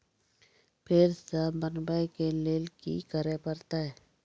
फेर सॅ बनबै के लेल की करे परतै?